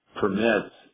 permits